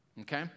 okay